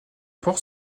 port